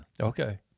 Okay